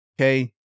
okay